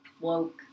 woke